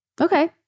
Okay